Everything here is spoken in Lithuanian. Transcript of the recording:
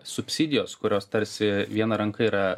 subsidijos kurios tarsi viena ranka yra